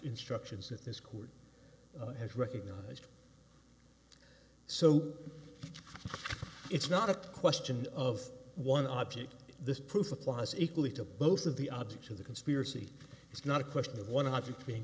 instructions that this court has recognized so it's not a question of one object this proof applies equally to both of the objects of the conspiracy it's not a question of one hundred being